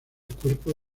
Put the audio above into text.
cuerpo